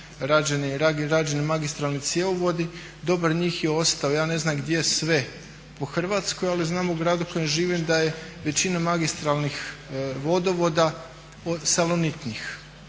rađene magistralne cjevovodi. Dobar dio njih je ostao, ja ne znam gdje sve po Hrvatskoj ali znam u gradu u kojem živim da je većina magistralnih vodovoda salonitnih.